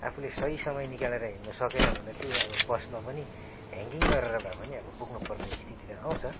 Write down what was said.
आफूले सही समय निकालेर हिँडनु सकेन भने त्यही हो अब बसमा पनि ह्याङ्गिङ गरेर भए पनि अब पुग्नु पर्ने स्थिति त आउँछ